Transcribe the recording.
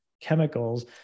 chemicals